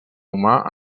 humà